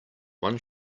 one